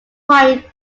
point